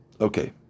Okay